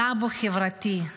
טאבו חברתי,